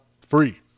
free